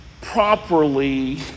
properly